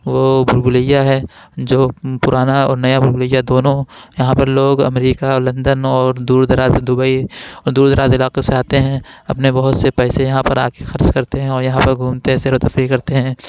وہ بھول بھلیا ہے جو پرانا اور نیا بھول بھلیا دونوں یہاں پر لوگ امریکہ اور لندن اور دور دراز سے دبئی اور دور دراز علاقوں سے آتے ہیں اپنے بہت سے پیسے یہاں پر آ کے خرچ کرتے ہیں اور یہاں پر گھومتے ہیں سیر و تفریح کرتے ہیں